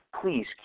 please